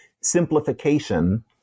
simplification